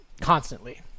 constantly